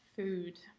Food